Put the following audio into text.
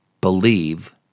believe